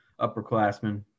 upperclassmen